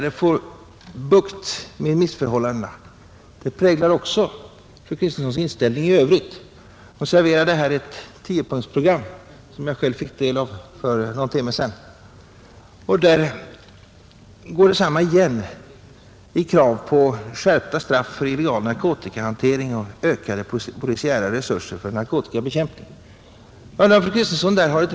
Samma grundsyn präglar också fru Kristenssons propåer i övrigt. Hon serverar den i ett tiopunktsprogram som jag själv fick del av för någon timme sedan. Där finns bl.a. krav på skärpta straff för illegal narkotikahantering och ökade polisiära resurser för narkotikabekämpning.